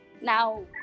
now